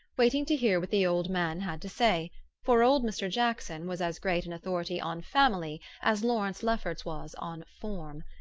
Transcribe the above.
waiting to hear what the old man had to say for old mr. jackson was as great an authority on family as lawrence lefferts was on form.